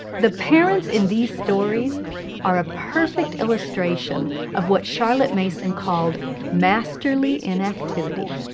the parents in these stories are a perfect illustration of what charlotte mason called masterly inactivity.